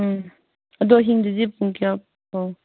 ꯎꯝ ꯑꯗꯣ ꯑꯍꯤꯡꯗꯗꯤ ꯄꯨꯡ ꯀꯌꯥ ꯐꯥꯎꯕ